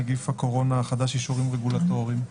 נגיף הקורונה החדש) (אישורים רגולטוריים).